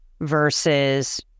versus